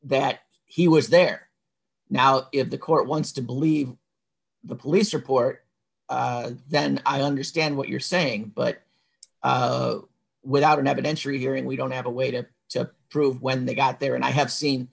that he was there now if the court wants to believe the police report then i understand what you're saying but without an evidentiary hearing we don't have a way to prove when they got there and i have seen